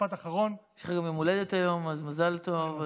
משפט אחרון, יש לך יום הולדת היום, אז מזל טוב.